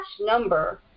number